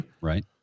Right